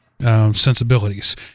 sensibilities